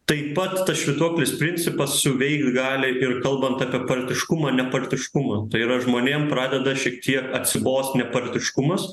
taip pat švytuoklės principas suveikt gali ir kalbant apie partiškumą nepartiškumą tai yra žmonėm pradeda šiek tiek atsibost nepartiškumas